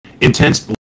Intense